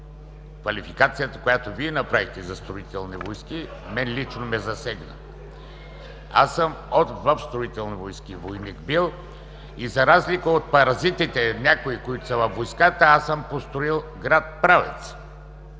квалификацията, която Вие направихте за Строителни войски, мен лично ме засегна. Аз съм бил войник в Строителни войски и за разлика от някои от паразитите, които са във войската, аз съм построил град Правец.